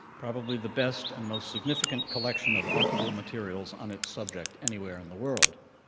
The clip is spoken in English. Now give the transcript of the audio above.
probably the best and most significant collection of archival materials on its subject anywhere in the world.